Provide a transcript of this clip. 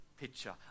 picture